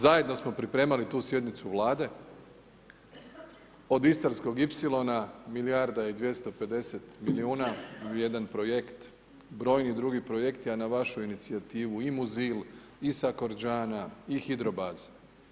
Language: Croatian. Zajedno smo pripremali tu sjednicu Vlade od Istarskog ipsilona milijarda i dvjesto pedeset milijuna vrijedan projekt, brojni drugi projekti, a na vašu inicijativu i Muzil i Sakorđana i Hidrobaza.